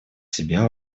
себя